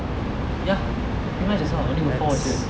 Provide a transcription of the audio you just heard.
ya just nice as well I only have four watches